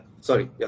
Sorry